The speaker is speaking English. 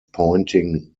pointing